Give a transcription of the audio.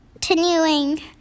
continuing